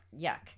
Yuck